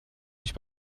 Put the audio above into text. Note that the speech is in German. ich